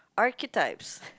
archetypes